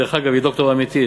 דרך אגב, היא דוקטור אמיתית.